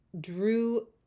Drew